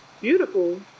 beautiful